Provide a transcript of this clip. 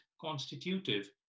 constitutive